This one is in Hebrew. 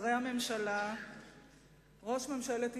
שרי הממשלה, ראש ממשלת ישראל,